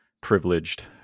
privileged